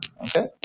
okay